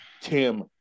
Tim